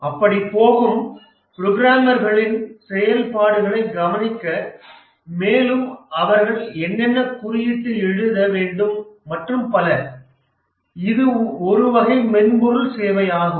அப்படி போகும் புரோகிராமர்களின் செயல்பாடுகளை கவனிக்க மேலும் அவர்கள் என்னென்ன குறியீட்டு எழுத வேண்டும் மற்றும் பல இது ஒரு வகை மென்பொருள் சேவையாகும்